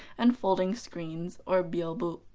and folding screens, or byobu.